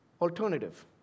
alternative